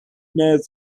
nerve